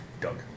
Doug